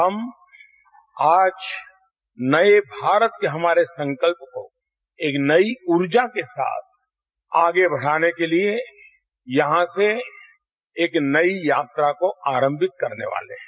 हम आज नये भारत के हमारे संकल्प को एक नई ऊर्जा के साथ आगे बढ़ाने के लिये यहां से एक नई यात्रा को आरम्भिक करने वाले हैं